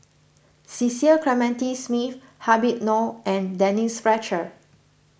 Cecil Clementi Smith Habib Noh and Denise Fletcher